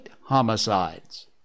homicides